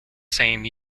same